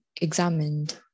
examined